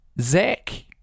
Zach